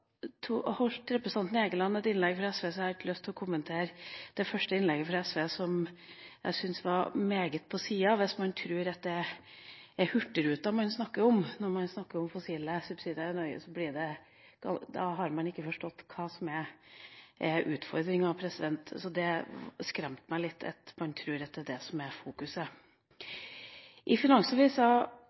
et innlegg fra SV, men jeg har lyst til å kommentere det første innlegget fra SV, som jeg syns var meget på sida hvis man tror at det er Hurtigruta man snakker om når man snakker om fossile subsidier i Norge. Da har man ikke forstått hva som er utfordringa, og det skremte meg litt at man tror at det er det som er fokuset. I